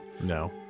no